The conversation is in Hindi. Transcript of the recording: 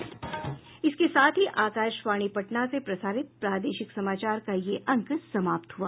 इसके साथ ही आकाशवाणी पटना से प्रसारित प्रादेशिक समाचार का ये अंक समाप्त हुआ